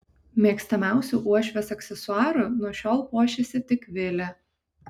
mėgstamiausiu uošvės aksesuaru nuo šiol puošiasi tik vilė